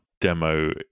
demo